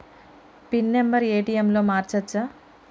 Pin number ATM లో మార్చచ్చా?